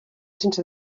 sense